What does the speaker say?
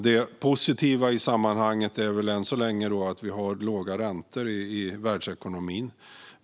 Det positiva i sammanhanget är att vi än så länge har låga räntor i världsekonomin.